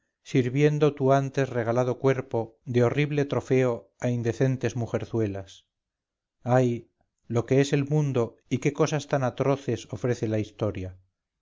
sirviendo tu antes regalado cuerpo de horrible trofeo a indecentes mujerzuelas ay lo que es el mundo y que cosas tan atroces ofrece la historia